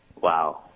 Wow